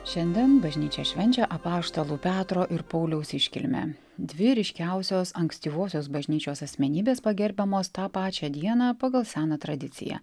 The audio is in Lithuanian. šiandien bažnyčia švenčia apaštalų petro ir pauliaus iškilmę dvi ryškiausios ankstyvosios bažnyčios asmenybės pagerbiamos tą pačią dieną pagal seną tradiciją